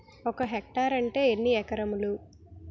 ఒక హెక్టార్ అంటే ఎన్ని ఏకరములు?